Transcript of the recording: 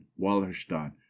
Wallerstein